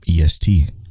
est